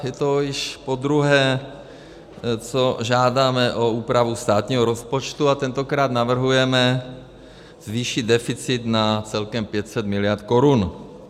A je to již podruhé, co žádáme o úpravu státního rozpočtu, a tentokrát navrhujeme zvýšit deficit celkem na 500 mld. korun.